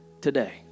today